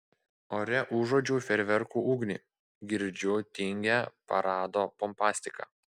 ore užuodžiu fejerverkų ugnį girdžiu tingią parado pompastiką